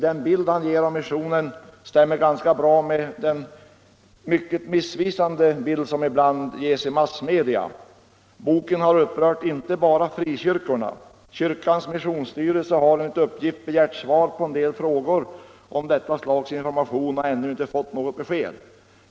Den bild författaren ger av missionen stämmer ganska bra med den mycket missvisande bild som ibland ges i massmedia. Boken har upprört inte bara frikyrkorna. Kyrkans missionsstyrelse har enligt uppgift begärt svar på en del frågor om detta slags information men har ännu inte fått något besked.